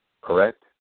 Correct